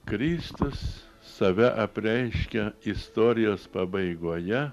kristus save apreiškia istorijos pabaigoje